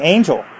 Angel